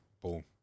boom